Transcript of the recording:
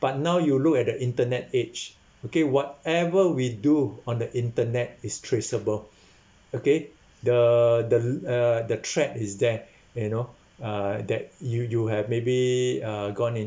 but now you look at the internet age okay whatever we do on the internet is traceable okay the the l~ uh the threat is there you know uh that you you have maybe uh gone into